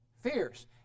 Fierce